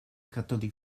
catholic